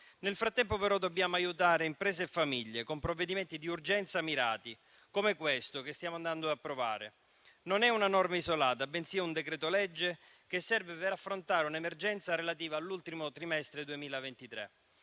Nel frattempo però dobbiamo aiutare imprese e famiglie con provvedimenti di urgenza mirati, come questo che ci accingiamo ad approvare. Non è una norma isolata, bensì un decreto-legge che serve per affrontare un'emergenza relativa all'ultimo trimestre 2023.